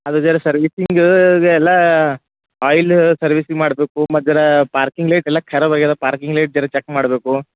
ಅದು ಬೇರೆ ಸರ್ವಿಸಿಂಗ್ ಇದೆಯಲ್ಲ ಆಯಿಲ್ ಸರ್ವಿಸಿಂಗ್ ಮಾಡ್ಬೇಕು ಮತ್ತರ ಪಾರ್ಕಿಂಗ್ ಲೇಟ್ ಎಲ್ಲ ಕರಾಬ್ ಆಗ್ಯದ ಪಾರ್ಕಿಂಗ್ ಲೇಟ್ ಜರ ಚೆಕ್ ಮಾಡ್ಬೇಕು